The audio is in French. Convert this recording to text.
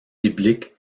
biblique